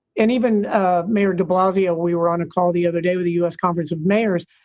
and even ah mayor de blasio, we were on a call the other day with the u s. conference of mayors,